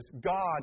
God